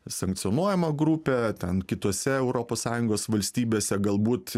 sankcionuojama grupė ten kitose europos sąjungos valstybėse galbūt